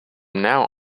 now